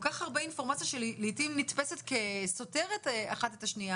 כל כך הרבה אינפורמציה שלעתים נתפסת כסותרת אחת את השנייה,